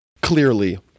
clearly